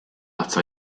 ata